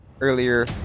earlier